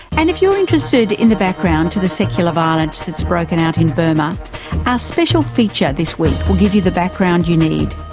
and if you're interested in the background to the secular violence that's broken out in burma, our ah special feature this week will give you the background you need,